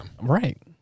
right